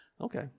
okay